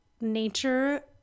nature